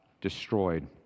destroyed